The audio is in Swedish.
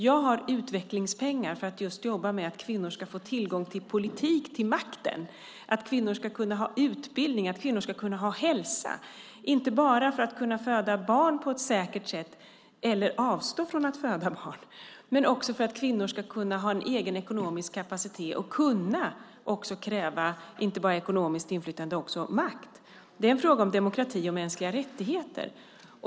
Jag har utvecklingspengar för att jobba med att kvinnor ska få tillgång till politik och till makt. De ska kunna ha utbildning och hälsa, inte bara för att kunna föda barn på ett säkert sätt - eller avstå från att föda barn - utan också för att kvinnor ska kunna ha en egen ekonomisk kapacitet. De ska kunna kräva inte bara ekonomiskt inflytande utan också makt. Det är en fråga om demokrati och mänskliga rättigheter.